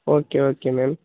okay okay ma'am